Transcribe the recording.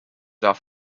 off